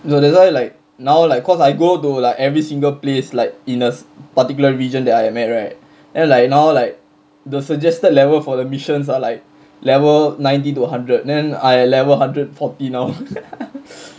no that's why like now like cause I go to like every single place like in a particular region that I'm at right then now like the suggested level for the missions are like level ninety to hundred then I level hundred and forty now